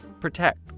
Protect